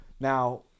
Now